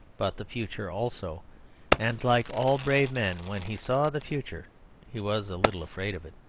but the future also and, like all brave men, when he saw the future he was a little afraid of it.